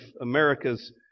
America's